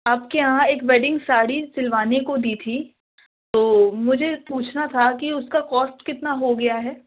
آپ کے یہاں ایک وڈنگ ساڑی سلوانے کو دی تھی تو مجھے پوچھنا تھا کہ اس کا کاسٹ کتنا ہو گیا ہے